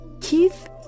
Keith